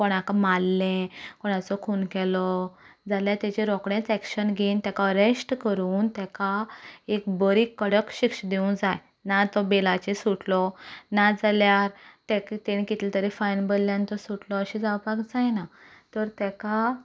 कोणाक मारलें कोणाचो खून केलो जाल्यार ताजें रोकडेंच एक्शन घेवन ताका अरॅश्ट करून ताका एक बरी कडक शिक्षा दिवंक जाय नाजाल्यार तो बेलाचेर सुट्टलो नाजाल्या ताका ताणें कितलें तरी फायन भरले आनी तो सुटलो अशें जावपाक जायना तर ताका